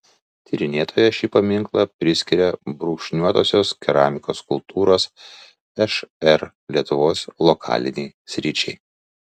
tyrinėtoja šį paminklą priskiria brūkšniuotosios keramikos kultūros šr lietuvos lokalinei sričiai